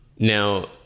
Now